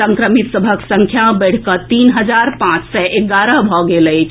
संक्रमित सभक संख्या बढ़ि कऽ तीन हजार पांच सय एगारह भऽ गेल अछि